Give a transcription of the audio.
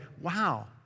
Wow